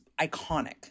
iconic